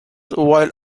will